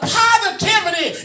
positivity